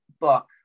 book